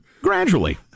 Gradually